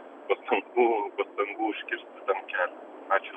pastangų pastangų užkirsti tam kelią ačiū